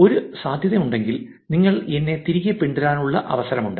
ഒരു സാധ്യതയുണ്ടെങ്കിൽ നിങ്ങൾ എന്നെ തിരികെ പിന്തുടരാനുള്ള അവസരമുണ്ട്